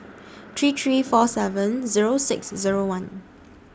three three four seven Zero six Zero one